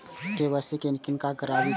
KYC किनका से कराबी?